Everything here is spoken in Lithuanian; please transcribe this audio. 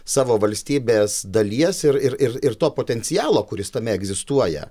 savo valstybės dalies ir ir ir ir to potencialo kuris tame egzistuoja